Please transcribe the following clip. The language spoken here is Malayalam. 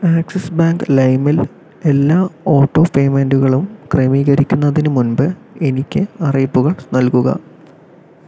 ആക്സിസ് ബാങ്ക് ലൈംൽ എല്ലാ ഓട്ടോപേയ്മെന്റുകളും ക്രമീകരിക്കുന്നതിന് മുമ്പ് എനിക്ക് അറിയിപ്പുകൾ നൽകുക